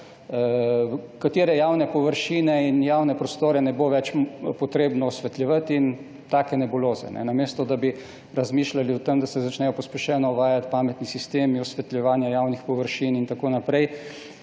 katere javne površine in javne prostore ne bo več treba osvetljevati in takšne nebuloze, namesto da bi razmišljali o tem, da se začnejo pospešeno uvajati pametni sistemi osvetljevanja javnih površin in tako naprej,